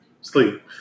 sleep